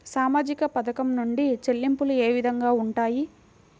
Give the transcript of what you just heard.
సామాజిక పథకం నుండి చెల్లింపులు ఏ విధంగా ఉంటాయి?